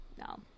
no